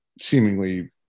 seemingly